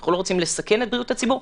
אנחנו לא רוצים לסכן את בריאות הציבור.